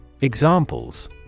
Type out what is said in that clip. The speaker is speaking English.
Examples